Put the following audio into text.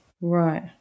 Right